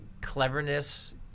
cleverness